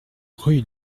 rue